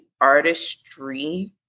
artistry